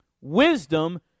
Wisdom